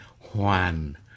Juan